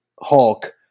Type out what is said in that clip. Hulk